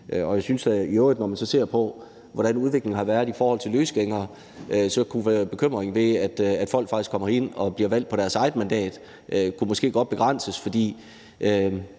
Jeg synes i øvrigt, når man så ser på, hvordan udviklingen har været i forhold til løsgængere, at der kunne være bekymring for, at folk faktisk kommer herind ved at blive valgt på deres eget mandat. Det kunne måske godt begrænses, for i